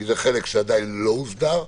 כי זה חלק שלא אוסדר עדיין,